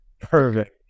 perfect